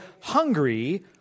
hungry